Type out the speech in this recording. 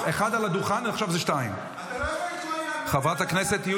ככה אתה מתנהג לחברי הכנסת?